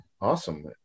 Awesome